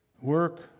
Work